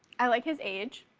i like his age.